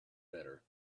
better